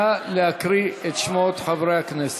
נא להקריא את שמות חברי הכנסת.